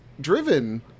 driven